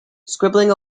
scribbling